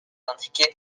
indiqués